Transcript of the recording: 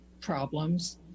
problems